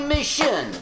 Mission